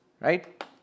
right